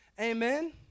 Amen